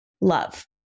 love